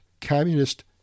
communist